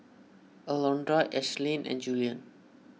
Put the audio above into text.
Alondra Ashlyn and Juliann